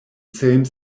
same